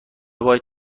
باید